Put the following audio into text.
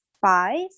five